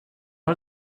det